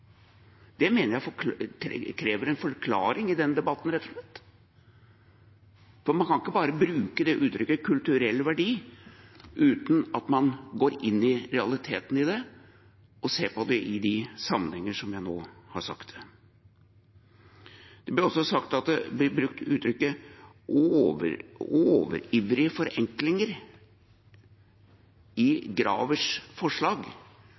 det språket? Det mener jeg krever en forklaring i denne debatten, rett og slett. For man kan ikke bare bruke uttrykket «kulturell verdi» uten at man går inn i realiteten i det og ser på det i de sammenhenger som jeg nå har sagt. Uttrykket «overivrige forenklinger» blir også brukt om Gravers forslag, som ikke bare var Gravers forslag,